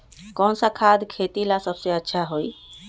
कौन सा खाद खेती ला सबसे अच्छा होई?